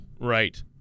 Right